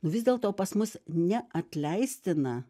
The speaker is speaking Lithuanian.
vis dėlto pas mus neatleistina